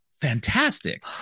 fantastic